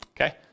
Okay